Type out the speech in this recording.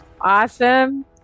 Awesome